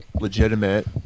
legitimate